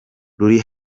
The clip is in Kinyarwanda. ruri